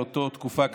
לאותה תקופה קצרה,